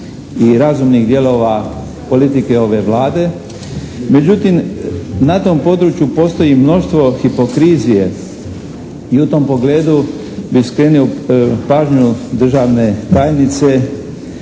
i razumnih dijelova politike ove Vlade. Međutim, na tom području postoji mnoštvo hipokrizije i u tom pogledu bih skrenuo pažnju državne tajnice